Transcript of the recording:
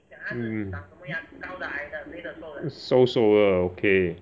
mm 瘦瘦的 okay